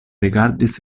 rigardis